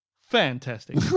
fantastic